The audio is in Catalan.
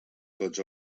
tots